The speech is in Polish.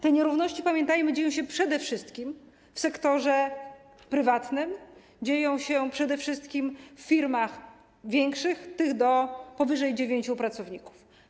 Te nierówności, pamiętajmy, dzieją się przede wszystkim w sektorze prywatnym, dzieją się przede wszystkim w firmach większych, tych powyżej dziewięciu pracowników.